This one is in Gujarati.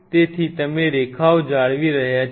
તેથી તમે રેખાઓ જાળવી રહ્યા છો